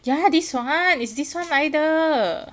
ya this one it's this one 来的